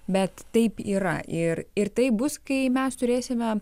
bet taip yra ir ir taip bus kai mes turėsime